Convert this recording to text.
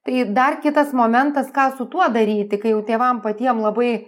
tai dar kitas momentas ką su tuo daryti kai jau tėvam patiem labai